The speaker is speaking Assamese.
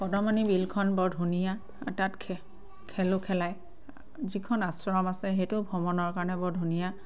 কদমনী বিলখন বৰ ধুনীয়া তাত খে খেলো খেলায় যিখন আশ্ৰম আছে সেইটোও ভ্ৰমণৰ কাৰণে বৰ ধুনীয়া